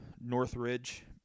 Northridge